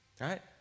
right